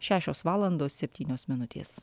šešios valandos septynios minutės